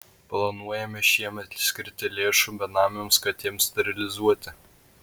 planuojame šiemet skirti lėšų benamėms katėms sterilizuoti